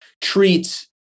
treats